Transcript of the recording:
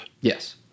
Yes